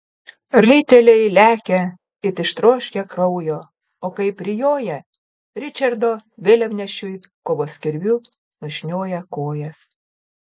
raiteliai lekia it ištroškę kraujo o kai prijoja ričardo vėliavnešiui kovos kirviu nušnioja kojas